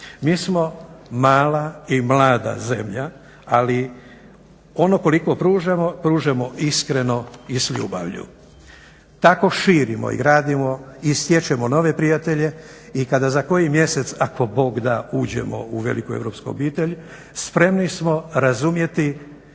Mi smo mala i mlada zemlja, ali ono koliko pružamo iskreno i s ljubavlju. Tako širimo i gradimo i stječemo nove prijatelje i kada za koji mjesec ako Bog da uđemo u veliku europsku obitelj spremni smo razumjeti